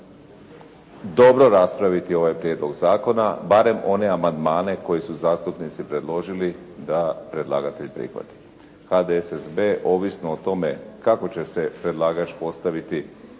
dobro raspraviti ovaj prijedlog zakona barem one amandmane koje su zastupnici predložili da predlagatelj prihvati. HDSSB ovisno o tome kako će se predlagač postaviti prema